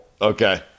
Okay